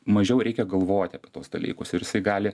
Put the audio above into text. mažiau reikia galvoti apie tuos dalykus ir jis gali